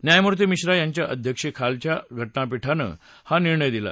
न्यायमूर्ती मिश्रा यांच्या अध्यक्षतेखालच्या घटनापळिनं हा निर्णय दिला